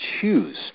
choose